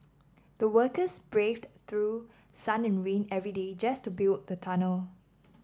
the workers braved through sun and rain every day just to build the tunnel